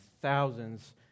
thousands